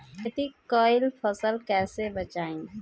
खेती कईल फसल कैसे बचाई?